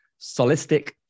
Solistic